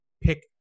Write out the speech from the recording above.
pick